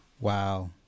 Wow